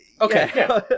Okay